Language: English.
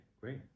great